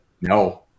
No